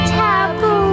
taboo